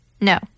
no